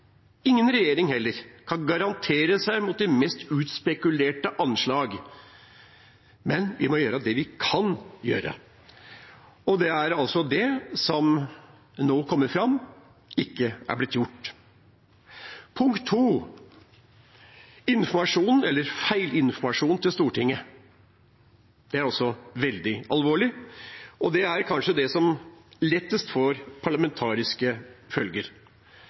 regjering kan garantere seg mot de mest utspekulerte anslag, men vi må gjøre det vi kan gjøre. Det som nå kommer fram, er at det ikke er blitt gjort. Punkt 2: Feilinformasjonen til Stortinget – det er også veldig alvorlig. Det er kanskje det som lettest får parlamentariske følger.